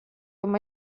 uma